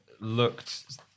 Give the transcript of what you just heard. looked